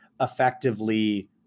effectively